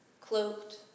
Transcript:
Cloaked